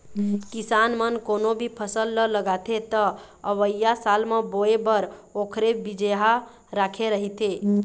किसान मन कोनो भी फसल ल लगाथे त अवइया साल म बोए बर ओखरे बिजहा राखे रहिथे